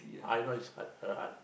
I know it's art a art